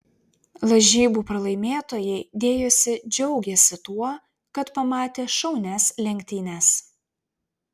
lažybų pralaimėtojai dėjosi džiaugiąsi tuo kad pamatė šaunias lenktynes